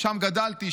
שם גדלתי.